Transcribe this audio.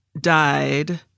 died